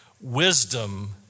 Wisdom